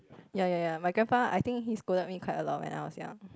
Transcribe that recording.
ya ya ya my grandpa I think he scolded me quite a lot when I was young